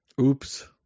Oops